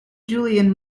julian